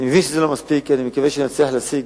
אני מבין שזה לא מספיק, אני מקווה שנצליח להשיג